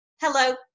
hello